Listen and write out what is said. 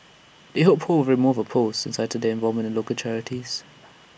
they hope ho will remove her post and cited their involvement in local charities